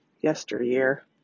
yesteryear